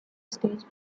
stage